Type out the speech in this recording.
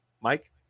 Mike